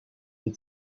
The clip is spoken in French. les